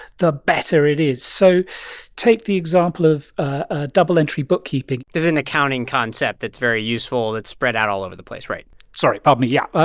the better it is. so take the example of ah double-entry bookkeeping this is an accounting concept that's very useful that spread out all over the place. right sorry. probably, yeah.